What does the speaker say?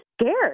scared